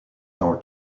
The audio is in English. are